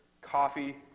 coffee